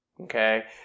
okay